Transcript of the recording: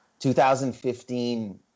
2015